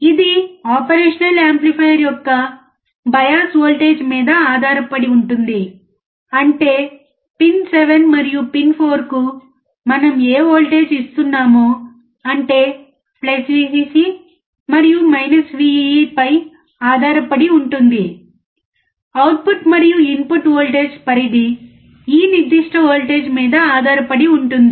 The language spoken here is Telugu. ఇది ఆపరేషనల్ యాంప్లిఫైయర్ యొక్క బయాస్ వోల్టేజ్ మీద మాత్రమే ఆధారపడి ఉంటుంది అంటే పిన్ 7 మరియు పిన్ 4 కు మనం ఏ వోల్టేజ్ ఇస్తున్నామో అంటే Vcc మరియు Vee పై ఆధారపడి ఉంటుంది అవుట్పుట్ మరియు ఇన్పుట్ వోల్టేజ్ పరిధి ఈ నిర్దిష్ట వోల్టేజ్ మీద ఆధారపడి ఉంటుంది